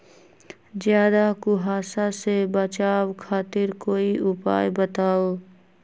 ज्यादा कुहासा से बचाव खातिर कोई उपाय बताऊ?